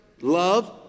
love